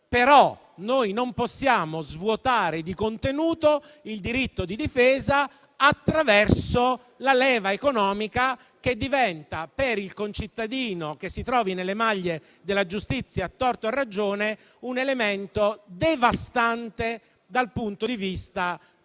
però non possiamo svuotare di contenuto il diritto di difesa attraverso la leva economica, che diventa, per il concittadino che si trovi nelle maglie della giustizia, a torto o a ragione, un elemento devastante dal punto di vista della